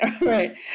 Right